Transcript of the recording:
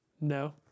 No